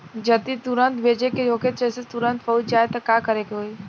जदि तुरन्त भेजे के होखे जैसे तुरंत पहुँच जाए त का करे के होई?